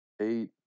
eight